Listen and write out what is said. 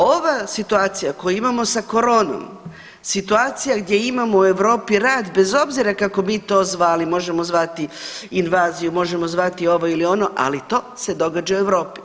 Ova situacija koju imamo sa koronom, situacija gdje imamo u Europi rat bez obzira kako mi to zvali, možemo zvati invaziju, možemo zvati ovo ili ono, ali to se događa u Europi.